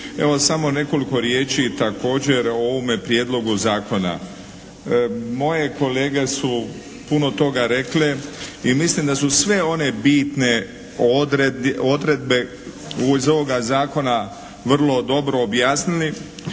Evo samo nekoliko riječi također o ovome Prijedlogu zakona. Moje kolege su puno toga rekle i mislim da su sve one bitne odredbe iz ovoga Zakona vrlo dobro objasnili